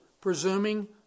presuming